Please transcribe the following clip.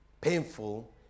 painful